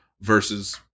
versus